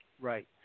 Right